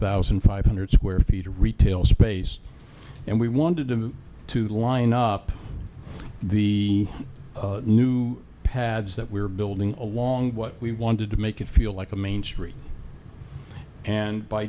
thousand five hundred square feet of retail space and we wanted to move to line up the new pads that we're building along what we wanted to make it feel like a main street and by